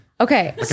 Okay